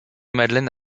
madeleine